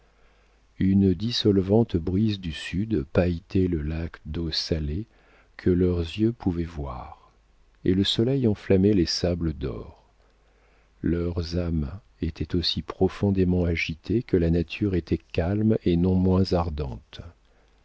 une dissolvante brise du sud pailletait le lac d'eau salée que leurs yeux pouvaient voir et le soleil enflammait les sables d'or leurs âmes étaient aussi profondément agitées que la nature était calme et non moins ardentes